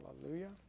Hallelujah